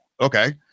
okay